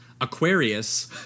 Aquarius